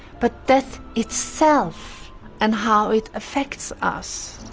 but death itself and how it affects us.